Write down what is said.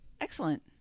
Excellent